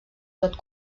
tot